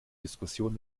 diskussionen